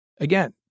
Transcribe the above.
Again